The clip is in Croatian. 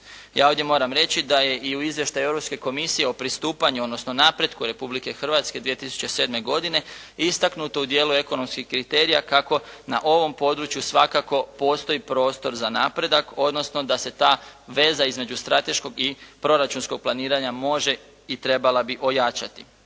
Ja ovdje moram reći da je i u izvještaju Europske komisije o pristupanju odnosno napretku Republike Hrvatske 2007. godine istaknuto u dijelu ekonomskih kriterija kako na ovom području svakako postoji prostor za napredak odnosno da se ta veza između strateškog i proračunskog planiranja može i trebala bi ojačati.